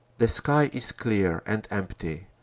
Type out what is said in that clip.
the sky is clear and empty.